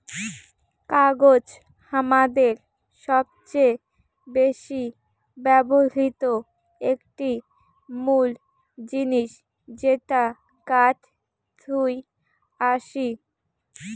কাগজ হামাদের সবচেয়ে বেশি ব্যবহৃত একটি মুল জিনিস যেটা কাঠ থুই আসি